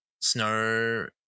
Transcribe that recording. Snow